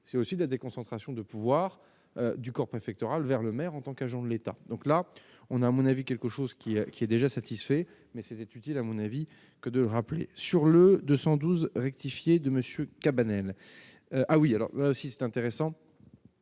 c'est aussi la déconcentration de pouvoir du corps préfectoral vers le maire en tant qu'agent de l'État, donc là on a, à mon avis quelque chose qui, qui est déjà satisfait mais s'était utile, à mon avis, que de rappeler sur le 212 rectifié de monsieur Cabanel ah oui, alors si c'est intéressant,